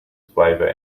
flavor